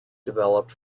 developed